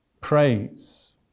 praise